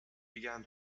began